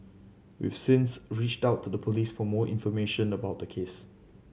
we've since reached out to the Police for more information about the case